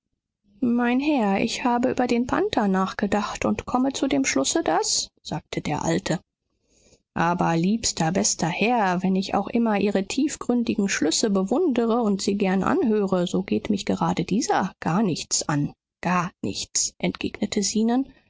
mein herr ich habe über den panther nachgedacht und komme zu dem schlusse daß sagte der alte aber liebster bester herr wenn ich auch immer ihre tiefgründigen schlüsse bewundere und sie gern anhöre so geht mich gerade dieser gar nichts an gar nichts entgegnete